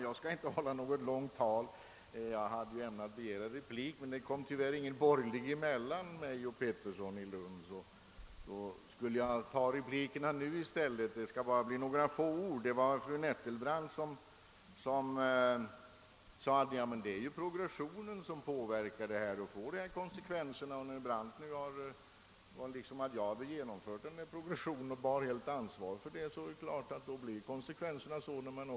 Det är ju progressionen som inverkar och får sådana konsekvenser också när man gör avdrag. Det lät nästan som om jag hade genomfört denna progression och helt bar ansvar för den.